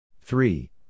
Three